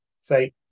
say